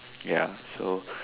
ya so